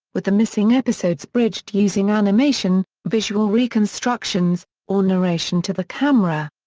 with the missing episodes bridged using animation, visual reconstructions, or narration to the camera.